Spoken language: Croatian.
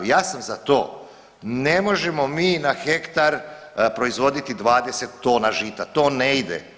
Ja sam za to ne možemo na hektar proizvoditi 20 tona žita, to ne ide.